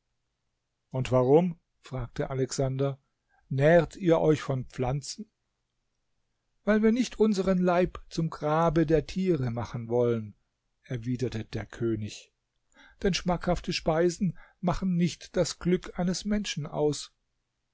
und warum fragte alexander nährt ihr euch von pflanzen weil wir nicht unseren leib zum grabe der tiere machen wollen erwiderte der könig denn schmackhafte speisen machen nicht das glück eines menschen aus